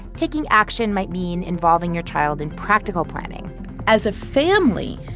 taking action might mean involving your child in practical planning as a family,